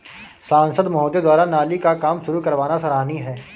सांसद महोदय द्वारा नाली का काम शुरू करवाना सराहनीय है